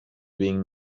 being